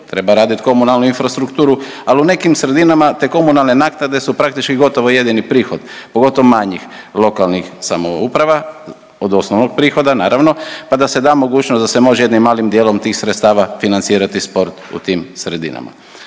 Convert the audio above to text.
treba raditi komunalnu infrastrukturu, ali u nekim sredinama te komunalne naknade su praktički gotovo jedini prihod, pogotovo manjih lokalnih samouprava od osnovnog prihoda naravno pa da se da mogućnost da se može jednim malim dijelom tih sredstava financirati sport u tim sredinama.